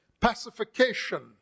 Pacification